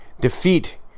defeat